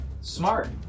Smart